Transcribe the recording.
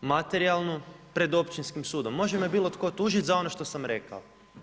materijalnu pred općinskim sudom, može me bilo tko tužiti za ono što sam rekao.